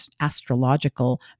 astrological